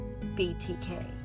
BTK